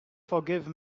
forgive